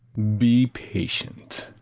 be patient.